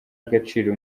agaciro